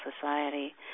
society